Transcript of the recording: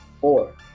Four